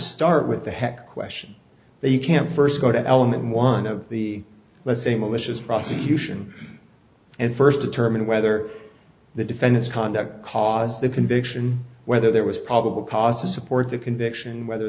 start with the head question that you can't first go to an element of the let's say malicious prosecution and first determine whether the defendant's conduct caused the conviction whether there was probable cause to support the conviction whether